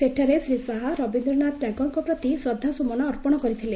ସେଠାରେ ଶ୍ରୀ ଶାହା ରବୀନ୍ଦ୍ରନାଥ ଟାଗୋରଙ୍କ ପ୍ରତି ଶ୍ରଦ୍ଧାସ୍ରମନ ଅର୍ପଣ କରିଥିଲେ